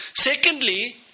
Secondly